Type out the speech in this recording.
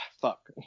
Fuck